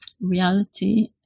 reality